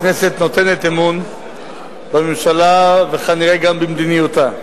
הכנסת נותנת אמון בממשלה וכנראה גם במדיניותה.